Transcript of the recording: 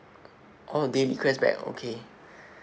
oh daily cashback okay